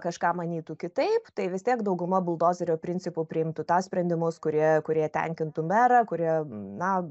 kažką manytų kitaip tai vis tiek dauguma buldozerio principu priimtų tą sprendimus kurie kurie tenkintų merą kurie na